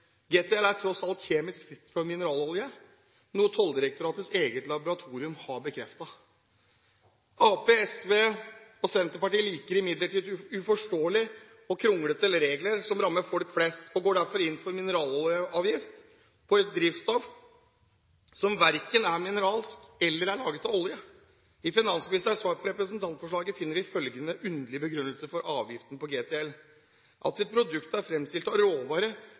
GTL er tross alt kjemisk fritt for mineralolje, noe Tolldirektoratets eget laboratorium har bekreftet. Arbeiderpartiet, SV og Senterpartiet liker imidlertid uforståelige og kronglete regler som rammer folk flest, og går derfor inn for mineraloljeavgift på et drivstoff som verken er mineralsk eller er laget av olje. I finansministerens svar på representantforslaget finner vi følgende underlige begrunnelse for avgiften på GTL: «At et produkt er fremstilt av